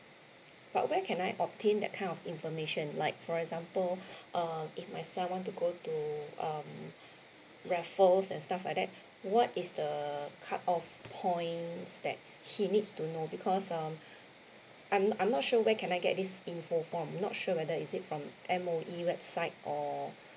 but where can I obtain that kind of information like for example uh if my son want to go to um raffles and stuff like that what is the cut off points that he needs to know because um I'm I'm not sure where can I get this info from not sure whether is it from M_O_E website or